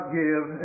give